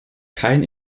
kein